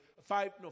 Five